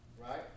right